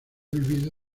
vivido